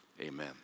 amen